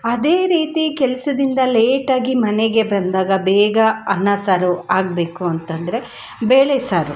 ಅದೇ ರೀತಿ ಕೆಲಸದಿಂದ ಲೇಟಾಗಿ ಮನೆಗೆ ಬಂದಾಗ ಬೇಗ ಅನ್ನ ಸಾರು ಆಗಬೇಕು ಅಂತಂದರೆ ಬೇಳೆ ಸಾರು